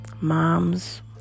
moms